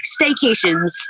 staycations